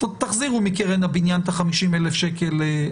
תחזירו מקרן הבניין את ה-50 מיליון שקלים.